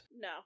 No